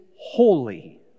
holy